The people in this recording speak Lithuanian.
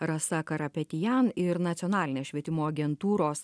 rasa karapetian ir nacionalinės švietimo agentūros